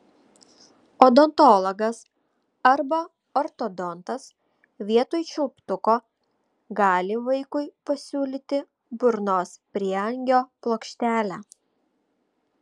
odontologas arba ortodontas vietoj čiulptuko gali vaikui pasiūlyti burnos prieangio plokštelę